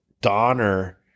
donner